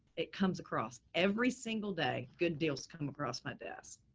it comes across every single day. good deals come across my desk,